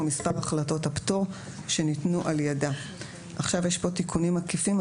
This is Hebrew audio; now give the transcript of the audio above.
ומספר החלטות הפטור שניתנו על ידה." עכשיו יש פה תיקונים עקיפים.